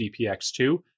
DPX2